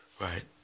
Right